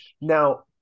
Now